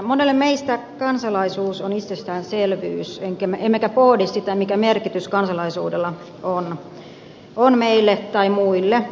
monelle meistä kansalaisuus on itsestäänselvyys emmekä pohdi sitä mikä merkitys kansalaisuudella on meille tai muille